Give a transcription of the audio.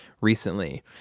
recently